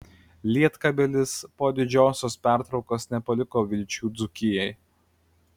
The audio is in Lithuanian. lietkabelis po didžiosios pertraukos nepaliko vilčių dzūkijai